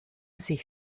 sich